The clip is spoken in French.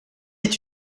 est